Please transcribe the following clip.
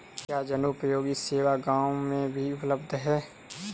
क्या जनोपयोगी सेवा गाँव में भी उपलब्ध है?